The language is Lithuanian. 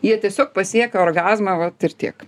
jie tiesiog pasiekia orgazmą vat ir tiek